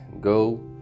Go